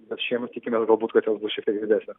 bet šiemet tikimės galbūt kad jos bus šiek tiek didesnės